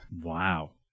Wow